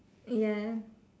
ya